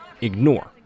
ignore